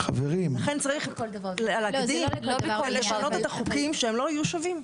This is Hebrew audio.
לכן צריך לשנות את החוקים שהם לא יהיו שווים.